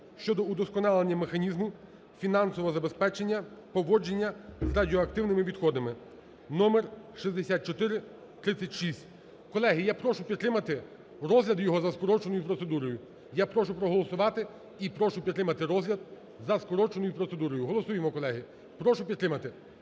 щодо удосконалення механізму фінансового забезпечення поводження з радіоактивними відходами (номер 6436). Колеги, я прошу підтримати розгляд його за скороченою процедурою. Я прошу проголосувати і прошу підтримати розгляд за скороченою процедурою. Голосуємо, колеги, прошу підтримати.